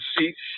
seats